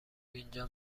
اینجا